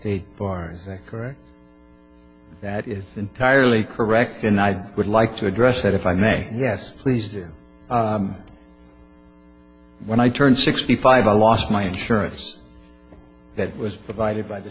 to correct that is entirely correct and i would like to address that if i may yes please do when i turned sixty five i lost my insurance that was provided by the